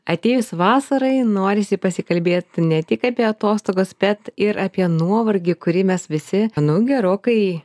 atėjus vasarai norisi pasikalbėt ne tik apie atostogas bet ir apie nuovargį kurį mes visi nu gerokai